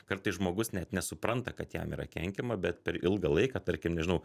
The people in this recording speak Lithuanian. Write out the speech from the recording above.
kartais žmogus net nesupranta kad jam yra kenkiama bet per ilgą laiką tarkim nežinau